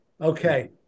Okay